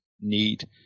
need